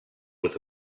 with